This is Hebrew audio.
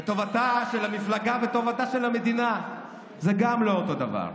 וטובתה של המפלגה וטובתה של המדינה זה גם לא אותו דבר.